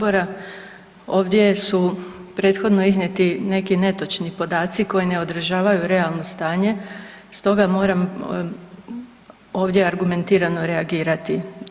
Ovdje su prethodno iznijeti neki netočni podaci koji ne odražavaju realno stanje, stoga moram ovdje argumentirano reagirati.